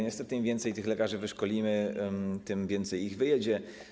Niestety im więcej lekarzy wyszkolimy, tym więcej ich wyjedzie.